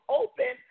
open